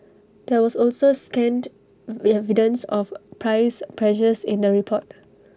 there was also scant we evidence of price pressures in the report